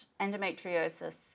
endometriosis